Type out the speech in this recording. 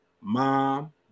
mom